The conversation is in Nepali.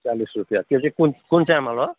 चालिस रुपियाँ त्यो चाहिँ कुन कुन चामल हो